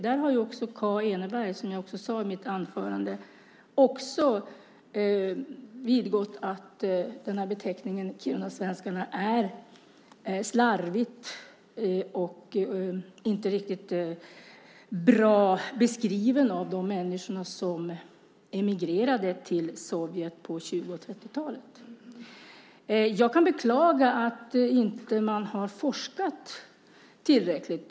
Där har också Kaa Eneberg, som jag också sade i mitt anförande, vidgått att beteckningen kirunasvenskarna är slarvig och inte en riktigt bra beskrivning av de människor som emigrerade till Sovjet på 20 och 30-talen. Jag kan beklaga att man inte har forskat tillräckligt.